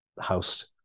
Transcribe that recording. house